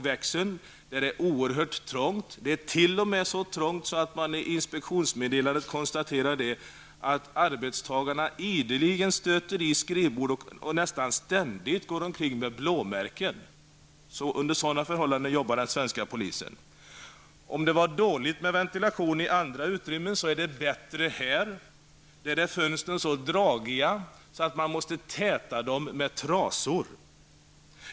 Där är det oerhört trångt. Det är t.o.m. så trångt att man i inspektionsmeddelandet konstaterar att arbetstagarna ideligen stöter i skrivbord och nästan ständigt går omkring med blåmärken. Under sådana förhållanden jobbar den svenska polisen. Om det är dåligt med ventilationen i andra utrymmen, är det desto bättre i receptionen. Fönstren är så dragiga att man måste täta dem med trasor.